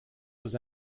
was